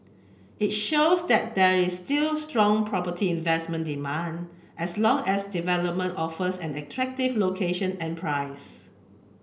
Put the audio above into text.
it shows that there is still strong property investment demand as long as development offers an attractive location and price